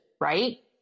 Right